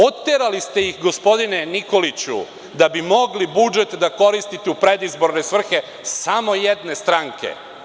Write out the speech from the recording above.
Oterali ste ih, gospodine Nikoliću, da bi mogli budžet da koristite u predizborne svrhe samo jedne stranke.